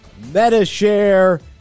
MetaShare